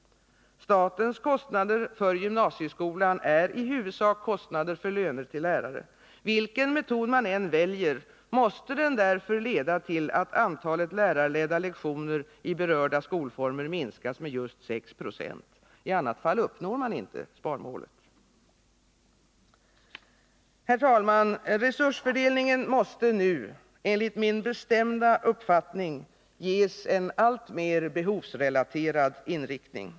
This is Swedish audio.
Statens kostnader för gymnasieskolan är i huvudsak kostnader för löner till lärare. Vilken metod man än väljer, måste den därför leda till att antalet lärarledda lektioner i berörda skolformer minskas med just 6 26. I annat fall uppnår man inte sparmålet. 2 Fru talman! Resursfördelningen måste nu enligt min bestämda uppfattning ges en alltmer behovsrelaterad inriktning.